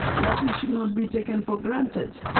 and that we should not be taken for granted.